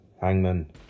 Hangman